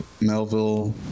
melville